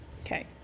Okay